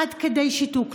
עד כדי שיתוק,